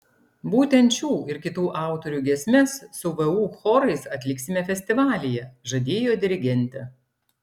būtent šių ir kitų autorių giesmes su vu chorais atliksime festivalyje žadėjo dirigentė